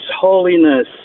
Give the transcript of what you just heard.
holiness